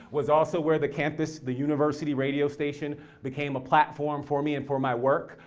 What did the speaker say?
was also where the campus, the university radio station became a platform for me and for my work.